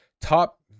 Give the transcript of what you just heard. top